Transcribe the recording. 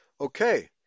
Okay